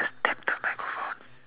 come back got good food